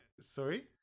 Sorry